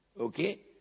Okay